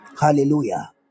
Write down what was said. Hallelujah